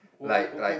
like like